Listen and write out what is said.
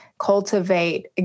cultivate